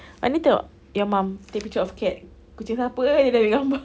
ah ini tengok your mum take picture of cat kucing siapa yang dia ambil gambar